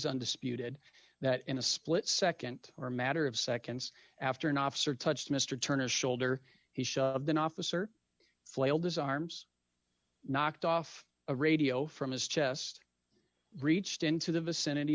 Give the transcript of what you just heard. undisputed that in a split nd or a matter of seconds after an officer touched mr turner's shoulder he shoved an officer flailed his arms knocked off a radio from his chest reached into the vicinity